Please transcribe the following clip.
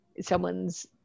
someone's